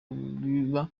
kubiba